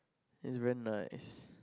is very nice